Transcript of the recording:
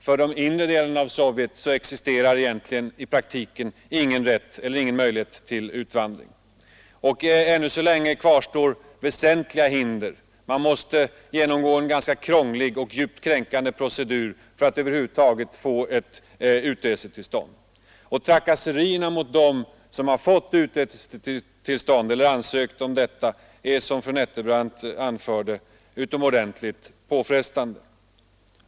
I de inre delarna av Sovjet existerar i praktiken ingen möjlighet till utvandring. Och de hinder som kvarstår är som sagt väsentliga. Man måste genomgå en krånglig och djupt kränkande procedur för att över huvud taget få ett utresetillstånd. Trakasserierna mot dem som har fått utresetillstånd eller ansökt om sådant är, som fru andre vice talmannen Nettelbrandt anförde, utomordentligt påfrestande.